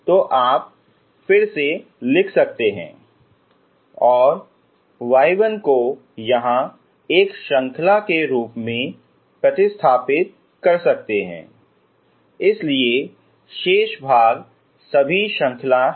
तो आप फिर से लिख सकते हैं और y1को यहाँ एक श्रृंखला के रूप में प्रतिस्थापित कर सकते हैं इसलिए शेष भाग सभी श्रृंखला हैं